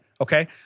Okay